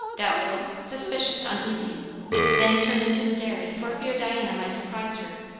doubtful, suspicious, uneasy then turned into the dairy for fear diana might surprise her,